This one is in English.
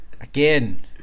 again